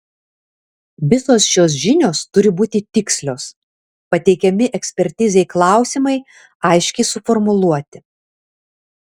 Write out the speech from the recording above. visos šios žinios turi būti tikslios pateikiami ekspertizei klausimai aiškiai suformuluoti